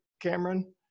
cameron